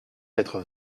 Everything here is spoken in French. quatre